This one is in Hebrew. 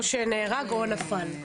או שנהרג או נפל.